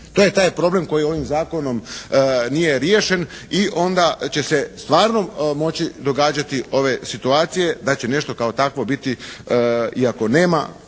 To je taj problem koji ovim zakonom nije riješen i onda će se stvarno moći događati ove situacije da će nešto kao takvo biti iako nema